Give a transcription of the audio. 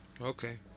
Okay